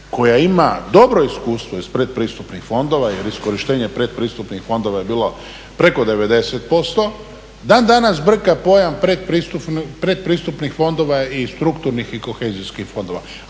koja ima dobro iskustvo iz pretpristupnih fondova jer iskorištenje pretpristupnih fondova je bilo preko 90% dan danas brka pojam predpristupnih fondova i strukturnih i kohezijskih fondova.